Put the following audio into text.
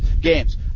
games